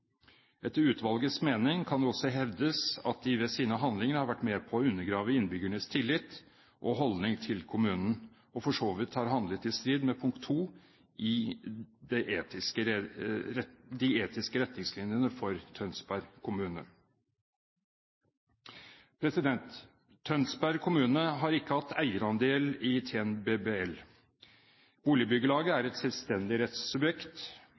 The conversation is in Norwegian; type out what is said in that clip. Etter utvalgets mening kan det også hevdes at de ved sine handlinger har vært med på å undergrave innbyggernes tillit og holdning til kommunen, og for så vidt har handlet i strid med punkt 2 i de etiske retningslinjene for Tønsberg kommune.» Tønsberg kommune har ikke hatt eierandel i TNBBL. Boligbyggelaget er et selvstendig